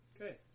Okay